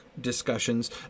discussions